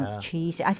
cheese